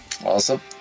Awesome